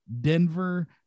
Denver